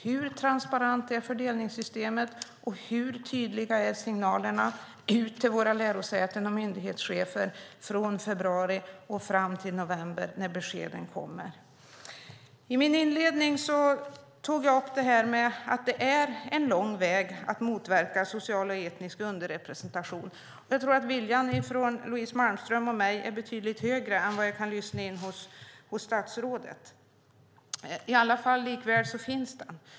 Hur transparent är fördelningssystemet, och hur tydliga är signalerna till våra lärosäten och myndighetschefer från februari och fram till november när beskeden kommer? I min inledning tog jag upp att det är en lång väg att motverka social och etnisk underrepresentation. Jag tror att viljan hos Louise Malmström och mig är betydligt högre än den jag kan lyssna in hos statsrådet. Likväl finns den.